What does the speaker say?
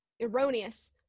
erroneous